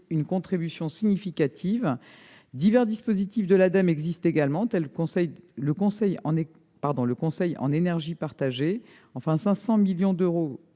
une contribution significative. Divers dispositifs de l'Ademe existent également, comme le conseil en énergie partagé. Enfin, 500 millions d'euros